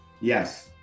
Yes